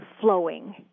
flowing